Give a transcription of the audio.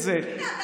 הינה,